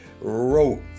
wrote